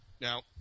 now